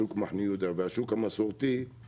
ומה שקרה לשוק המסורתי זה